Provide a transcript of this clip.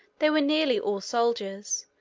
they were nearly all soldiers,